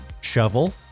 shovel